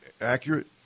accurate